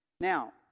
Now